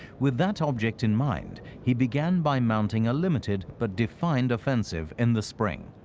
with that object in mind, he began by mounting a limited but defined offensive in the spring.